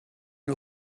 nhw